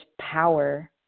power